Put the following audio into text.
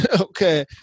Okay